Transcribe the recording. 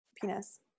penis